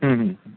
হুম হুম হুম